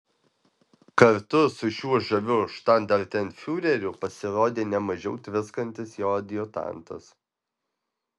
kartu su šiuo žaviu štandartenfiureriu pasirodė ne mažiau tviskantis jo adjutantas